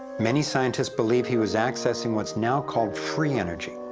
many scientists believe he was accessing what's now called free energy.